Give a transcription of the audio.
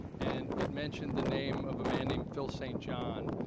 and it mentioned the name of a man named phil st. john,